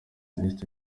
minisiteri